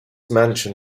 mansion